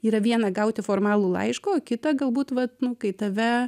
yra viena gauti formalų laišką o kita galbūt vat nu kai tave